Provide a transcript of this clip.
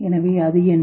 எனவே அது என்ன